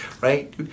right